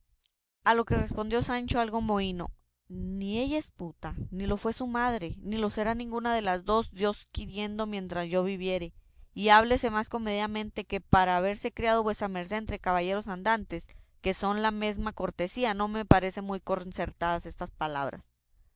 a lo que respondió sancho algo mohíno ni ella es puta ni lo fue su madre ni lo será ninguna de las dos dios quiriendo mientras yo viviere y háblese más comedidamente que para haberse criado vuesa merced entre caballeros andantes que son la mesma cortesía no me parecen muy concertadas esas palabras